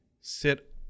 sit